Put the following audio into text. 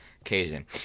occasion